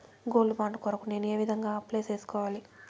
Gold bond కొరకు నేను ఏ విధంగా అప్లై సేసుకోవాలి?